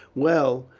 well,